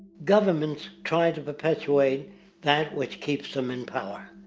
goverments try to perpetuate that which keeps them in power.